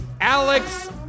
Alex